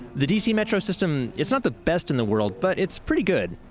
the dc metro system it's not the best in the world, but it's pretty good.